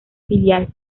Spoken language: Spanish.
filial